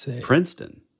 Princeton